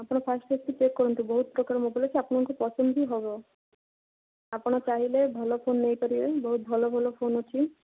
ଆପଣ ଫାର୍ଷ୍ଟ୍ ଆସି ଚେକ୍ କରନ୍ତୁ ବହୁତ ପ୍ରକାର ମୋବାଇଲ୍ ଅଛି ଆପଣଙ୍କୁ ପସନ୍ଦ ହି ହେବ ଆପଣ ଚାହିଁଲେ ଭଲ ଫୋନ୍ ନେଇପାରିବେ ବହୁତ ଭଲ ଭଲ ଫୋନ୍ ଅଛି